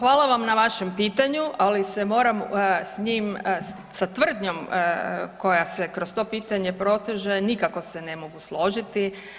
Hvala vam na vašem pitanju, ali se moram s njim, sa tvrdnjom koja se kroz to pitanje proteže nikako se ne mogu složiti.